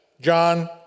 John